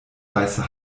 weißer